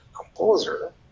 composer